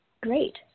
great